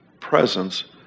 presence